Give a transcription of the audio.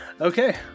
Okay